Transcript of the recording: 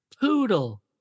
Poodle